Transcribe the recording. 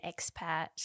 expat